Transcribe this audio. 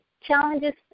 challenges